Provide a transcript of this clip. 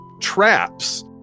traps